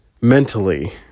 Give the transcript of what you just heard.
mentally